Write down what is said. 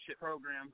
program